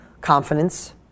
confidence